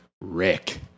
Rick